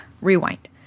rewind